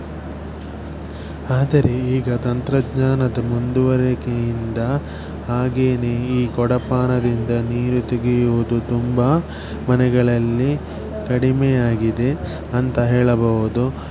ಆದರೆ ಈಗ ತಂತ್ರಜ್ಞಾನದ ಮುಂದುವರಿಕೆಯಿಂದ ಹಾಗೆಯೇ ಈ ಕೊಡಪಾನದಿಂದ ನೀರು ತೆಗೆಯುವುದು ತುಂಬ ಮನೆಗಳಲ್ಲಿ ಕಡಿಮೆಯಾಗಿದೆ ಅಂತ ಹೇಳಬಹುದು